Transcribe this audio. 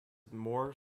more